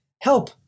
Help